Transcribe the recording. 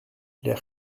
l’air